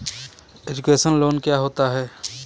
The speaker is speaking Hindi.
एजुकेशन लोन क्या होता है?